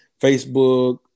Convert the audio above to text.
Facebook